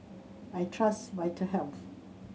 I trust Vitahealth